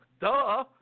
Duh